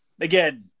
Again